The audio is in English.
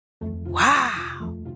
Wow